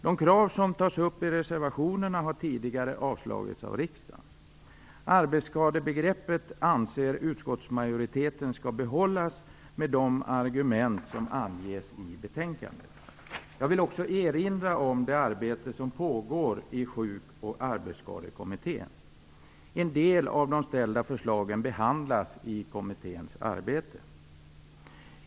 De krav som tas upp i reservationerna har tidigare avslagits av riksdagen. Utskottsmajoriteten anser att arbetsskadebegreppet skall behållas, med de argument som anges i betänkandet. Jag vill också erinra om det arbete som pågår i Sjuk och arbetsskadekommittén. En del av de ställda förslagen behandlas i kommitténs arbete.